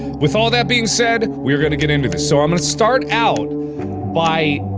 with all that being said, we're going to get into this. so i'm gonna start out by.